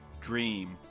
dream